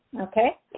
okay